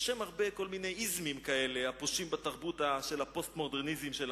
בשם הרבה כל מיני "איזמים" כאלה הפושים בתרבות הפוסט-מודרניזם שלנו,